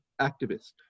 activist